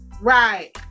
Right